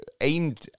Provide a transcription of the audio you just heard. Aimed